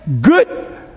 good